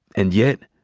and yet,